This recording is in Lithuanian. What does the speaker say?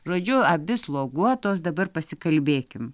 žodžiu abi sloguotos dabar pasikalbėkim